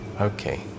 Okay